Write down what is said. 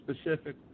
specific